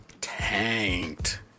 tanked